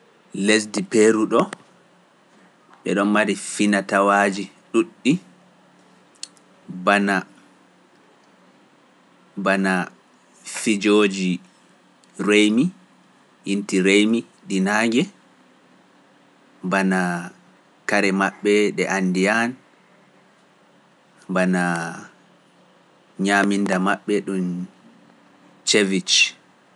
Lesdi peeru ɗo, e ɗon maadi finatawaaji ɗuuɗɗi, bana fijoji reemi, inti reemi ɗi naange, bana kare maɓɓe ɗe andiyaan, bana ñaaminda maɓɓe ɗum Ceviche.